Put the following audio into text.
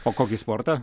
o kokį sportą